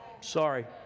Sorry